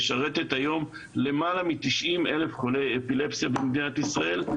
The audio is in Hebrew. שמשרתת היום למעלה מ-90 אלף חולי אפילפסיה במדינת ישראל.